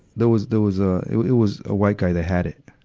there was, there was, ah, it, it was a white guy that had it.